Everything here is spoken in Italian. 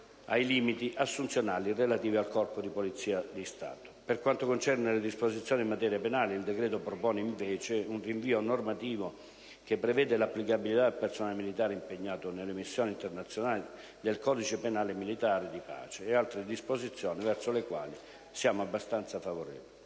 ai limiti delle assunzioni relativi al Corpo della Polizia di Stato. Per quanto concerne le disposizioni in materia penale, il decreto propone, invece, un rinvio normativo che prevede l'applicabilità al personale militare impegnato nelle missioni internazionali del codice penale militare di pace e altre disposizioni verso le quali siamo abbastanza favorevoli.